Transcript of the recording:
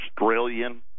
Australian